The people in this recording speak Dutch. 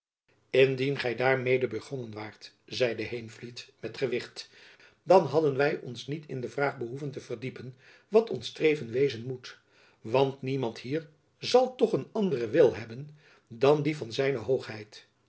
indien gy daarmede begonnen waart zeide heenvliet met gewicht dan hadden wy ons niet in de vraag behoeven te verdiepen wat ons streven wezen moet want niemand hier zal toch een anderen wil hebben dan dien van zijn hoogheid